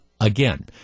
again